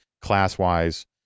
class-wise